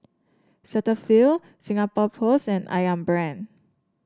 Cetaphil Singapore Post and ayam Brand